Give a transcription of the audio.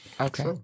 Okay